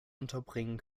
unterbringen